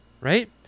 right